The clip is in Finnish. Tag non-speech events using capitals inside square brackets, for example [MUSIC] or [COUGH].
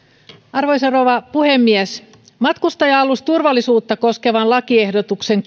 arvoisa rouva puhemies matkustaja alusturvallisuutta koskevan lakiehdotuksen [UNINTELLIGIBLE]